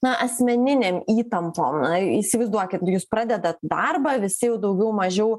na asmeninėm įtampom na įsivaizduokit jūs pradedat darbą visi jau daugiau mažiau